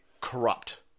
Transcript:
corrupt